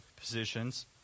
positions